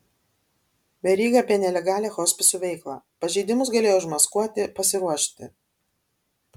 veryga apie nelegalią hospisų veiklą pažeidimus galėjo užmaskuoti pasiruošti